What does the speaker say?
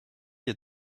est